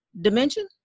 dimension